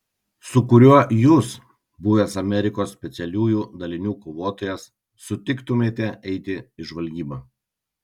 su kuriuo jūs buvęs amerikos specialiųjų dalinių kovotojas sutiktumėte eiti į žvalgybą